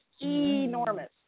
enormous